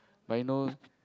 but you know